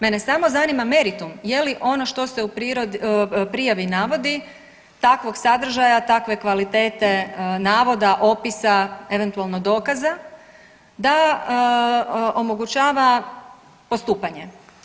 Mene samo zanima meritum, je li ono što se u prijavi navodi takvog sadržaja, takve kvalitete navoda, opis, eventualno dokaza da omogućava postupanje.